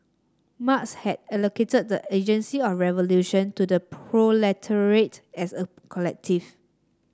Marx had allocated the agency of revolution to the proletariat as a collective